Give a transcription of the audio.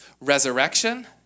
resurrection